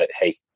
hey